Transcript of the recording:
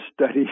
study